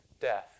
death